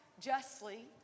justly